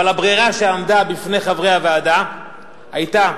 אבל הברירה שעמדה בפני חברי הוועדה היתה,